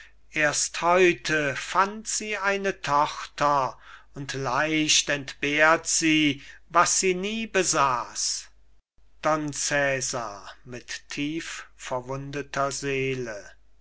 erst heute fand sie eine tochter und leicht entbehrt sie was sie nie besaß don cesar mit tief verwundeter seele